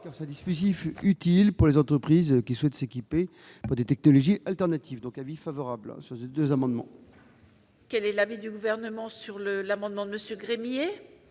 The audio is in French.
C'est un dispositif utile pour les entreprises qui souhaitent s'équiper de technologies alternatives. Avis favorable sur ces deux amendements. Quel est l'avis du Gouvernement sur l'amendement n° I-927